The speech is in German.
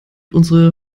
unsere